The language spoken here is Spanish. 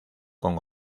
con